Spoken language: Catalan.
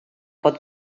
pot